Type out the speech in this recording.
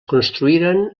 construïren